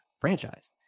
franchise